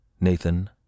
Nathan